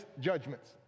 judgments